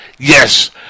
Yes